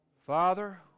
Father